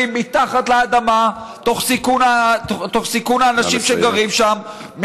מתחת לאדמה תוך סיכון האנשים שגרים שם.